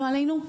לא עלינו,